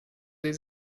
sie